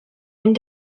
and